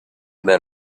men